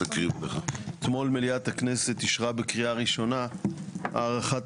אתמול מליאת הכנסת אישרה בקריאה ראשונה הארכת